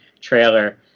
trailer